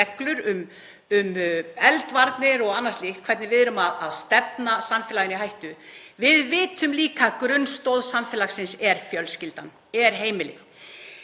um eldvarnir og annað slíkt, hvernig við erum að stefna samfélaginu í hættu. Við vitum líka að grunnstoð samfélagsins er fjölskyldan, er heimilið.